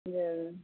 जयबै